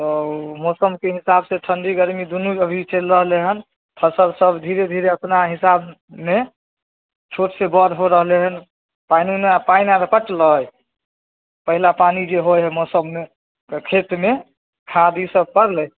ओ मौसमके हिसाब से ठण्डी गरमी दुनू अभी चलि रहलै हन फसल सब धीरे धीरे अपना हिसाबमे छोट से बड़ हो रहलै हन पानिओ नहि पानि आर पटले पहिला पानि जे होइ हय मौसममे खेतमे खाद ई सब पड़लै